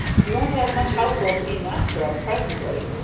you won't have much household to be master of presently,